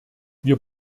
wir